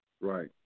Right